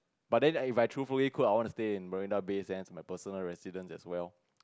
but then if I truthfully could I want to stay at Marina-Bay-Sands as my personal residence as well